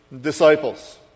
disciples